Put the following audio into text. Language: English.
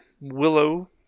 Willow